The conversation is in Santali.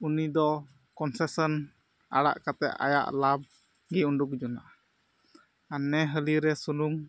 ᱩᱱᱤ ᱫᱚ ᱠᱚᱱᱥᱮᱥᱚᱱ ᱟᱲᱟᱜ ᱠᱟᱛᱮ ᱟᱭᱟᱜ ᱞᱟᱵᱽ ᱜᱮ ᱩᱰᱳᱠ ᱡᱚᱱᱚᱜᱼᱟᱭ ᱟᱨ ᱱᱮ ᱦᱟᱹᱞᱤᱭᱟᱹ ᱨᱮ ᱥᱩᱱᱩᱢ